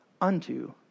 unto